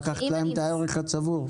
לקחת להם את הערך הצבור.